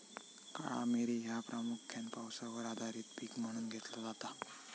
काळा मिरी ह्या प्रामुख्यान पावसावर आधारित पीक म्हणून घेतला जाता